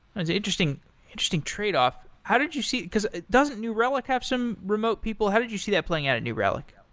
it's interesting interesting tradeoff. how did you see doesn't new relic have some remote people? how did you see that playing out at new relic?